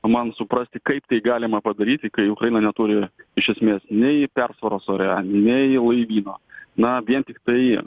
man suprasti kaip tai galima padaryti kai ukraina neturi iš esmės nei persvaros ore nei laivyno na vien tiktai